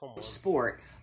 sport